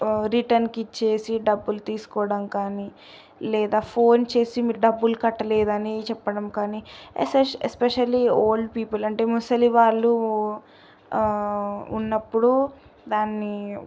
రిటర్న్కి ఇచ్చేసి డబ్బులు తీసుకోవడం కానీ లేదా ఫోన్ చేసి మీరు డబ్బులు కట్టలేదని చెప్పడం కానీ ఎస్ ఎస్పెషల్లీ ఓల్డ్ పీపుల్ అంటే ముసలి వాళ్ళు ఉన్నప్పుడు దాన్ని